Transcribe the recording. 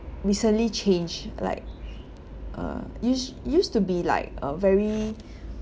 recently changed like err which used to be like a very